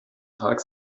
tag